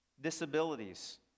disabilities